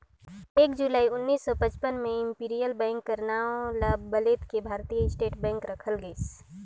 एक जुलाई उन्नीस सौ पचपन में इम्पीरियल बेंक कर नांव ल बलेद के भारतीय स्टेट बेंक रखल गइस